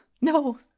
no